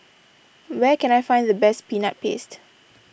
where can I find the best Peanut Paste